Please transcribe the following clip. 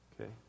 Okay